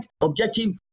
objective